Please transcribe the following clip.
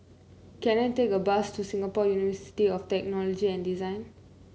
can I take a bus to Singapore University of Technology and Design